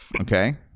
Okay